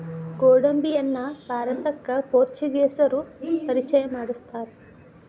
ಗೋಡಂಬಿಯನ್ನಾ ಭಾರತಕ್ಕ ಪೋರ್ಚುಗೇಸರು ಪರಿಚಯ ಮಾಡ್ಸತಾರ